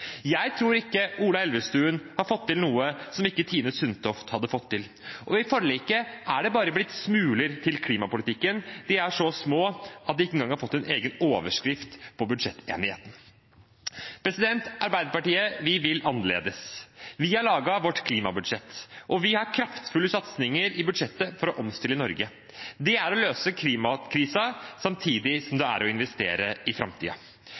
Jeg tror ikke at statsråd Ola Elvestuen har fått til noe som ikke tidligere statsråd Tine Sundtoft hadde fått til. I forliket er det bare blitt smuler til klimapolitikken. De er så små at de ikke engang har fått en egen overskrift på budsjettenigheten. Arbeiderpartiet vil det annerledes. Vi har laget vårt klimabudsjett, og vi har kraftfulle satsinger i budsjettet for å omstille Norge. Det er å løse klimakrisen samtidig som det er å investere i